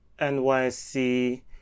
nyc